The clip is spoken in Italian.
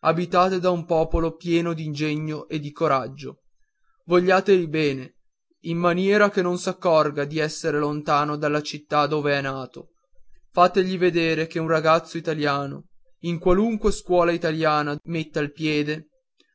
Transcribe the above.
abitate da un popolo pieno d'ingegno di coraggio vogliategli bene in maniera che non s'accorga di esser lontano dalla città dove è nato fategli vedere che un ragazzo italiano in qualunque scuola italiana metta il piede